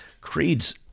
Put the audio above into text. creeds